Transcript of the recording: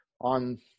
on